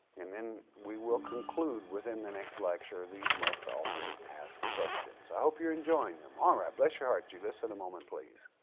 and then we will conclude within the next lecture these most often asked questions. i hope you're enjoying them. all right bless your heart, you listen a moment please.